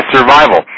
Survival